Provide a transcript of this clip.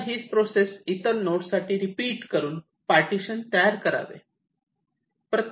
आता हीच प्रोसेस इतर नोड साठी रिपीट करून पार्टिशन तयार करावे